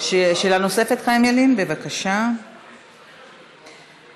שאלה נוספת, חיים ילין, בבקשה, רשמתי.